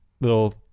little